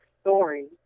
story